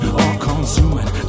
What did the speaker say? all-consuming